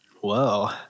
Whoa